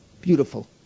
Beautiful